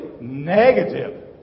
negative